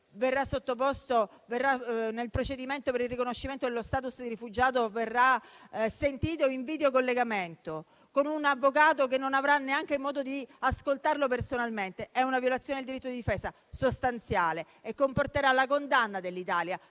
che il migrante nel procedimento per il riconoscimento dello *status* di rifugiato verrà sentito in videocollegamento con un avvocato che non avrà neanche modo di ascoltarlo personalmente, è una violazione del diritto di difesa sostanziale e comporterà la condanna dell'Italia